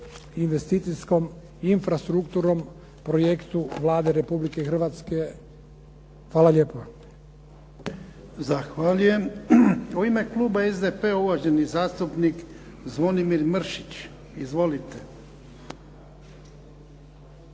investicijskom i infrastrukturnom projektu Vlade Republike Hrvatske. Hvala lijepo. **Jarnjak, Ivan (HDZ)** Zahvaljujem. U ime kluba SDP-a, uvaženi zastupnik Zvonimir Mršić. Izvolite.